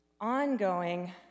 Ongoing